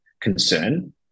concern